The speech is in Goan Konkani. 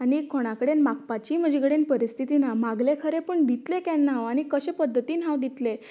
आनी कोणा कडेन मागपाचीय म्हजे कडेन परिस्थिती ना मागले खरें पूण दितलें केन्ना हांव आनी कशें पद्दतीन हांव दितलें